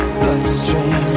bloodstream